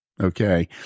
Okay